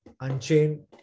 Unchain